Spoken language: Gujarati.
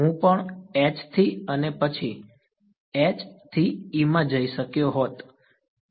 હું પણ H થી અને પછી H થી E માં જઈ શક્યો હોત